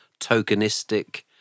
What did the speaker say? tokenistic